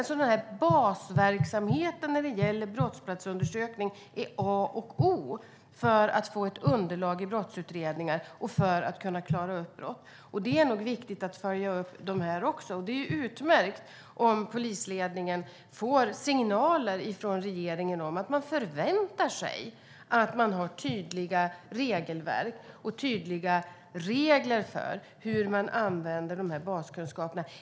Sådana basverksamheter när det gäller brottsplatsundersökning är A och O för att få ett underlag i brottsutredningar och kunna klara upp brott. Det är viktigt att följa upp också detta. Det är utmärkt om polisledningen får signaler från regeringen om att den förväntar sig att man har tydliga regelverk och tydliga regler för hur man använder baskunskaperna.